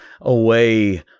away